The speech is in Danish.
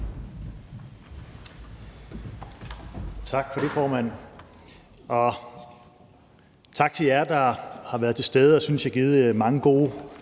Tak for det, formand. Og tak til jer, der har været til stede og givet, synes jeg, mange gode